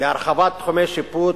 להרחבת תחומי שיפוט,